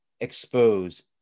expose